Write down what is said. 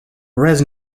res